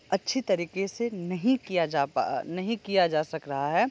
अच्छी तरीके से नहीं किया जा नहीं किया जा सक रहा है